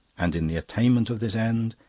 and in the attainment of this end,